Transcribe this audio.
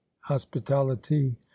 hospitality